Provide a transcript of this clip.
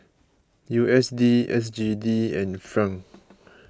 U S D S G D and Franc